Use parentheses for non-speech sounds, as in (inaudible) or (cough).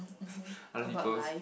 (breath) other people's